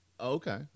Okay